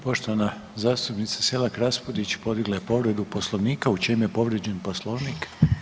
Poštovana zastupnica Selak Raspudić podigla je povredu Poslovnika, u čem je povrijeđen Poslovnik?